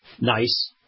nice